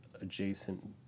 adjacent